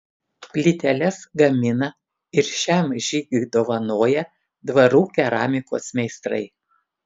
plyteles gamina ir šiam žygiui dovanoja dvarų keramikos meistrai